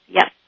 Yes